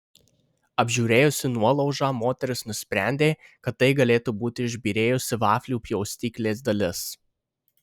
apžiūrėjusi nuolaužą moteris nusprendė kad tai galėtų būti išbyrėjusi vaflių pjaustyklės dalis